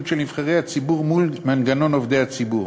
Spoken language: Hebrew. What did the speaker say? של נבחרי הציבור מול מנגנון עובדי הציבור.